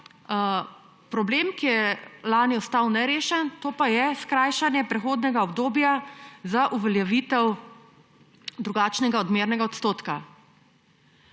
problem, ki je lani ostal nerešen, to pa je skrajšanje prehodnega obdobja za uveljavitev drugačnega odmernega odstotka.